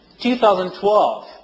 2012